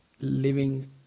living